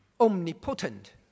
Omnipotent